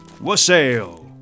Wassail